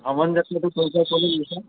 ভ্ৰমণ যাত্ৰাটো ক'ৰ পৰা কলৈ লৈছা